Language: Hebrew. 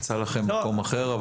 תמצא לכם מקום אחר.